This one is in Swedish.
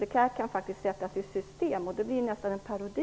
Detta kan faktiskt sättas i system, och då blir det nästan en parodi.